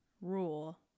Rule